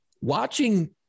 watching